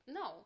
no